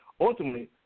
ultimately